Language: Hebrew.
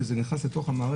שזה נכנס אל תוך המערכת,